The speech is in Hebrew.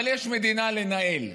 אבל יש מדינה לנהל,